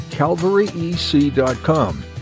CalvaryEC.com